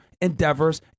endeavors